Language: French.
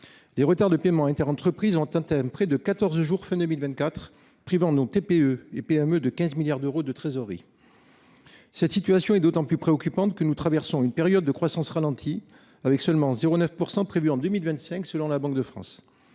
Les retards de paiement à Interentreprise ont atteint un prêt de 14 jours fin 2024, privant non TPE et PME de 15 milliards d'euros de trésorerie. Cette situation est d'autant plus préoccupante que nous traversons une période de croissance ralentie avec seulement 0,9% prévu en 2025, selon la Banque de France.